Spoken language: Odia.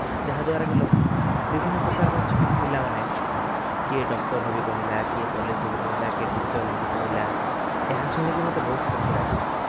ଯାହା ଦ୍ଵାରାକି ବିଭିନ୍ନପ୍ରକାର ଛୋଟ ପିଲାମାନେ କିଏ ଡକ୍ଟର ହେବି କହିଲା କିଏ ପୁଲିସ୍ ହେବି କହିଲା କିଏ ଟିଚର୍ ହେବି କହିଲା ଏହା ଶୁଣିକି ମୋତେ ବହୁତ ଖୁସି ଲାଗିଲା